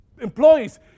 employees